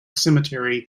cemetery